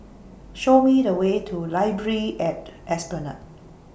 Show Me The Way to Library At Esplanade